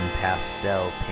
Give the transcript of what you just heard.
Pastel